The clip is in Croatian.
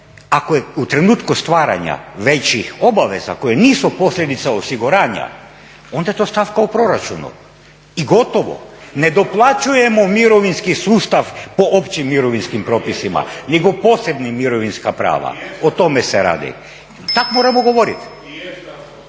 ako je u trenutku stvaranja većih obaveza koje nisu posljedica osiguranja onda je to stavka u proračunu i gotovo. Ne doplaćujemo mirovinski sustav po općim mirovinskim propisima, nego posebna mirovinska prava. O tome se radi. Tako moramo govoriti.